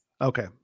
Okay